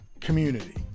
community